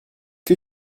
que